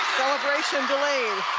celebration delayed